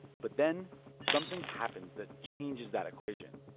but then something happens that changes that equation.